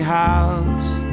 house